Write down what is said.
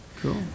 cool